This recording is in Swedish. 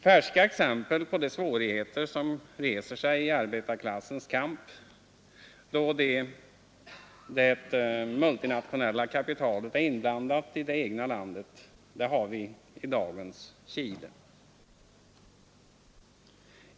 Färska exempel på de svårigheter som reser sig i arbetarklassens kamp då det multinationella kapitalet är inblandat i det egna landet har vi i dagens Chile.